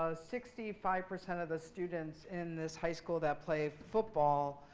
ah sixty five percent of the students in this high school that play football,